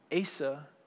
Asa